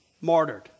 martyred